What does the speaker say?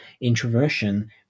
introversion